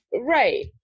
Right